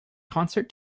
concert